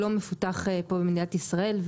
לא מפותח פה במדינת ישראל.